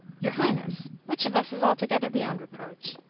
your highness, which of us is altogether beyond reproach?